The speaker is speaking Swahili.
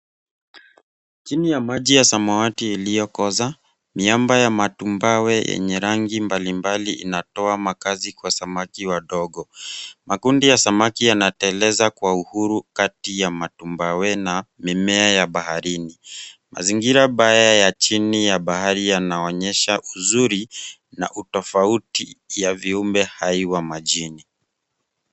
Chini ya maji ya samawati iliyokoza miamba ya matumbawe yenye rangi mbalimbali inatoa makazi kwa samaki wadogo. Makundi ya samaki yanateleza kwa uhuru kati ya matumbawe na mimea ya baharini. Mazingira haya chini ya bahari yanaonyesha uzuri na utofauti Ya vIumbe hai wa majini.